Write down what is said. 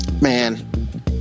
man